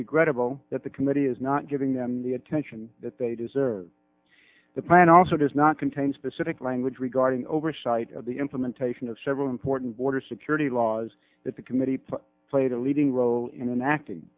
regrettable that the committee is not giving them the attention that they deserve the plan also does not contain specific language regarding oversight of the implementation of several important border security laws that the committee played a leading role in acting